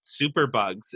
superbugs